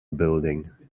building